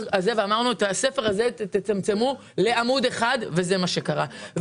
ואמרנו שאת הספר הזה תצמצמו לעמוד אחד וזה מה שקרה.